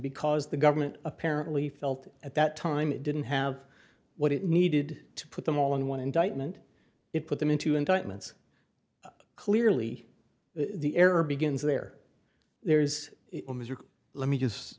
because the government apparently felt at that time it didn't have what it needed to put them all in one indictment it put them into indictments clearly the error begins there there is let me just